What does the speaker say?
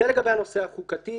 זה לגבי הנושא החוקתי,